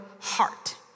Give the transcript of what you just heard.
heart